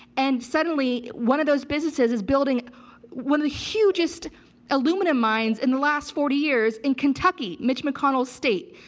and suddenly one of those businesses is building one the hugest aluminum mines in the last forty years in kentucky, mitch mcconnell's state.